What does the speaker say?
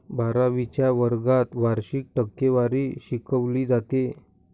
बारावीच्या वर्गात वार्षिक टक्केवारी शिकवली जाते